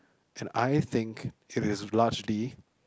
and I think it is largely